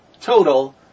Total